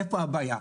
איפה הבעיה?